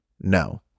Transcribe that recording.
No